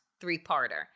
three-parter